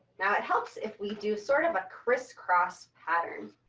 now it helps if we do sort of a crisscross pattern.